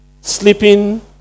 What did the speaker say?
sleeping